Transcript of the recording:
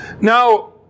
Now